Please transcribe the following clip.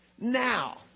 Now